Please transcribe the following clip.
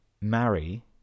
marry